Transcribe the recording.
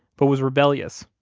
but was rebellious,